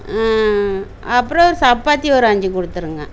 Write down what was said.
அப்புறோம் ஒரு சப்பாத்தி ஒரு அஞ்சிக் கொடுத்துருங்க